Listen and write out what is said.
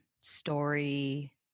story